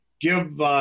give